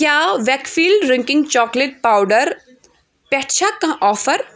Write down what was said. کیاہ Weikfield drinking chocolate powder پیٹھ چھا کانٛہہ آفر